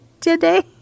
today